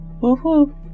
Woohoo